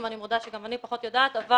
אני מודה שגם אני פחות יודעת אבל